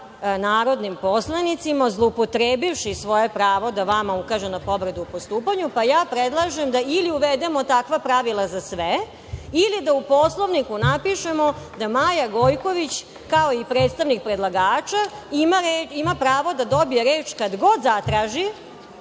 narodnim poslanicima, zloupotrebivši svoje pravo da vama ukaže na povredu u postupanju. Predlažem da, ili uvedemo takva pravila za sve, ili da u Poslovniku napišemo da Maja Gojković, kao i predstavnik predlagača, ima pravo da dobije reč kad god zatraži,